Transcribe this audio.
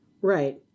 right